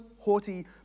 Haughty